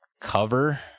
cover